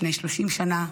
לפני 30 שנה,